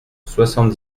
soixante